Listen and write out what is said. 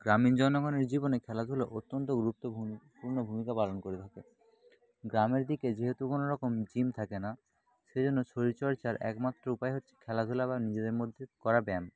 গ্রামীণ জনগণের জীবনে খেলাধুলো অত্যন্ত গুরুত্বপূর্ণ ভূমিকা পালন করে থাকে গ্রামের দিকে যেহেতু কোনও রকম জিম থাকে না সেই জন্য শরীরচর্চার একমাত্র উপায় হচ্ছে খেলাধূলা বা নিজেদের মধ্যে করা ব্যায়াম